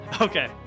Okay